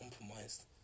compromised